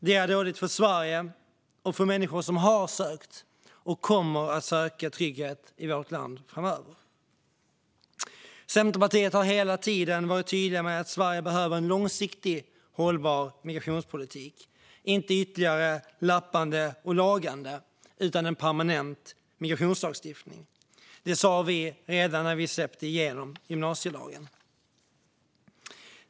Det är dåligt för Sverige och för människor som har sökt trygghet i vårt land eller kommer att göra det framöver. Centerpartiet har hela tiden varit tydligt med att Sverige behöver en långsiktigt hållbar migrationspolitik - inte ytterligare lappande och lagande utan en permanent migrationslagstiftning. Det sa vi redan när vi släppte igenom gymnasielagen.